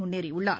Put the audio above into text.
முன்னேறியுள்ளார்